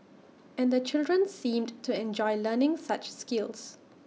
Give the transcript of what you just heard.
and the children seemed to enjoy learning such skills